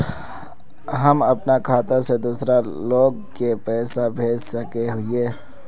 हम अपना खाता से दूसरा लोग के पैसा भेज सके हिये?